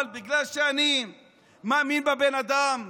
אבל בגלל שאני מאמין בבן אדם,